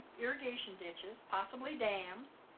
irrigation ditches, possibly dams.